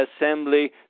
assembly